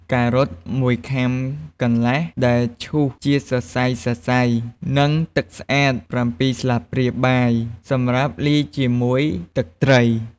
ការ៉ុត ១ខាំកន្លះ ដែលឈូសជាសរសៃៗ និងទឹកស្អាត ៧ ស្លាបព្រាបាយ សម្រាប់លាយជាមួយទឹកត្រី។